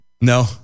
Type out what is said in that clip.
No